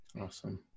Awesome